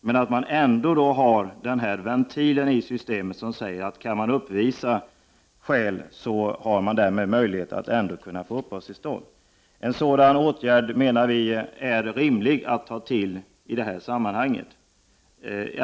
Man har ändå en ventil i systemet, i och med att det sägs att människor har möjlighet att få uppehållstillstånd om de kan påvisa skäl. En sådan åtgärd är rimlig att ta till i detta sammanhang, menar vi.